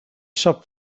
shop